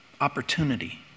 opportunity